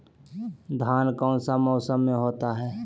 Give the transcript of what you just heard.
धान कौन सा मौसम में होते है?